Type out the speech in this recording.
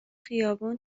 خیابون